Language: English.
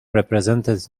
represented